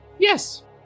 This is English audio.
Yes